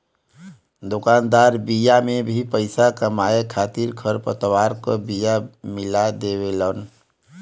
दुकानदार बिया में भी पईसा कमाए खातिर खरपतवार क बिया मिला देवेलन